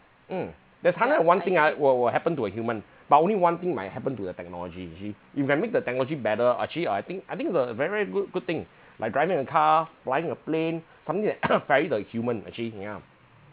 mm there's hundred and one thing ah will will happen to a human but only one thing might happen to a technology actually you can make the technology better actually I think I think it's a very very good good thing like driving a car flying a plane something that carry the human actually yeah